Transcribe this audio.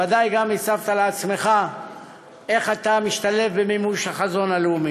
ודאי גם הצבת לעצמך איך אתה משתלב במימוש החזון הלאומי.